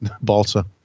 Balsa